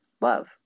love